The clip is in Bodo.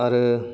आरो